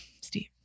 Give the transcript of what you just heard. Steve